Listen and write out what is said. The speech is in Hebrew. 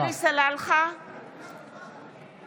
(קוראת בשמות חברי הכנסת)